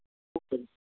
okay ਜੀ